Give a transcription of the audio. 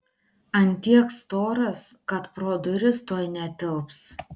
ant tiek storas kad pro duris tuoj netilps